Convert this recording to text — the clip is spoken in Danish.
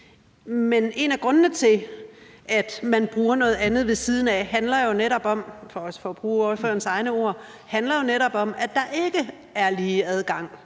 Men en af grundene til, at man bruger noget andet ved siden af, handler jo netop om – for også at bruge